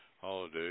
holiday